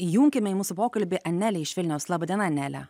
įjunkime į mūsų pokalbį anelę iš vilniaus laba diena anele